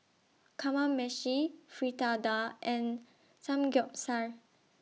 Kamameshi Fritada and Samgyeopsal